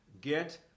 Get